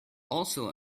also